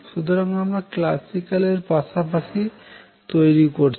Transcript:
সুতরাং আমরা ক্ল্যাসিক্যালের পাশাপাশি তৈরি করছি